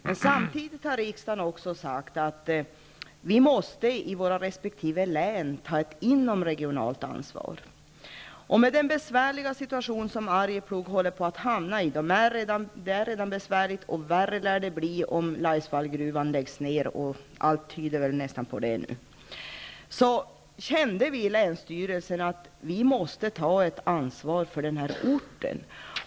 Men samtidigt har riksdagen sagt att respektive län måste ta ett inomregionalt ansvar. Arjeplog befinner sig redan i en besvärlig situation. Och värre lär det bli om Laisvallgruvan läggs ner, vilket väl nästan allt nu tyder på. Vi i länsstyrelsen har därför känt att vi måste ta ett ansvar för den här orten.